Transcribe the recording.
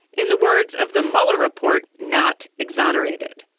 in the words of the mueller report, not exonerated.